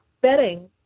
betting